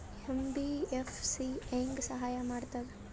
MBFC ಹೆಂಗ್ ಸಹಾಯ ಮಾಡ್ತದ?